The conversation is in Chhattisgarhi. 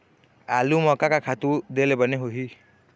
आलू म का का खातू दे ले बने होही?